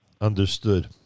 understood